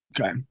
Okay